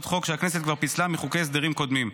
חוק שהכנסת כבר פיצלה מחוקי הסדרים קודמים.